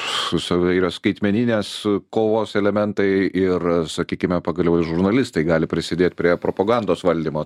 su sai yra skaitmeninės a kovos elementai ir sakykime pagaliau ir žurnalistai gali prisidėt prie propagandos valdymo